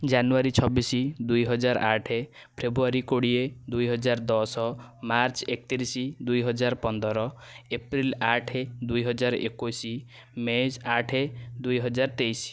ଜାନୁଆରୀ ଛବିଶ ଦୁଇହଜାର ଆଠ ଫେବୃଆରୀ କୋଡ଼ିଏ ଦୁଇହଜାର ଦଶ ମାର୍ଚ୍ଚ ଏକତିରିଶ ଦୁଇହଜାର ପନ୍ଦର ଏପ୍ରିଲ୍ ଆଠ ଦୁଇହଜାର ଏକୋଇଶ ମେ ଆଠ ଦୁଇହଜାର ତେଇଶ